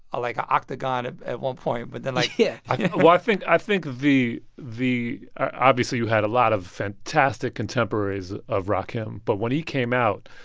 like a octagon at one point. but then, like. yeah i well, i think i think the the obviously, you had a lot of fantastic contemporaries of rakim. but when he came out,